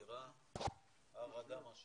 נראה הר אדם, מה שנקרא.